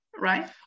right